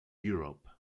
europe